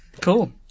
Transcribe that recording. Cool